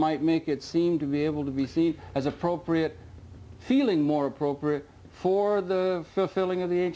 might make it seem to be able to be seen as appropriate feeling more appropriate for the fulfilling of the